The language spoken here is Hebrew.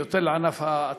יותר לענף ההטלה,